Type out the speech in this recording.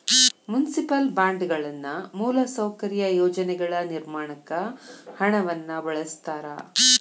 municipal ಬಾಂಡ್ಗಳನ್ನ ಮೂಲಸೌಕರ್ಯ ಯೋಜನೆಗಳ ನಿರ್ಮಾಣಕ್ಕ ಹಣವನ್ನ ಬಳಸ್ತಾರ